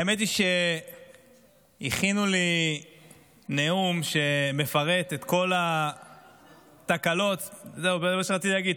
האמת היא שהכינו לי נאום שמפרט את כל התקלות זה מה שרציתי להגיד,